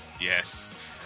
Yes